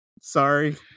Sorry